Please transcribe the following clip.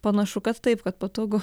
panašu kad taip kad patogu